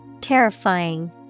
Terrifying